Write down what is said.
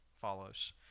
follows